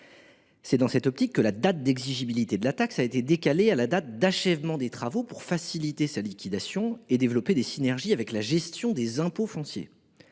C’est dans cette optique que la date d’exigibilité de la taxe a été décalée à la date d’achèvement des travaux, et ce afin de faciliter sa liquidation et de développer des synergies avec la gestion des impôts fonciers.